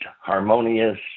harmonious